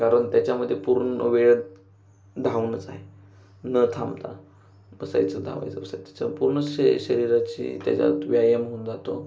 कारण त्याच्यामध्ये पूर्ण वेळ धावणंच आहे न थांबता बसायचं धावायचं बसायचं संपूर्ण शे शरीराची त्याच्यात व्यायाम होऊन जातो